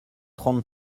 trente